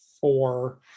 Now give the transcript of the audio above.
four